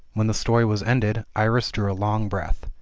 when the story was ended, iris drew a long breath.